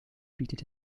bietet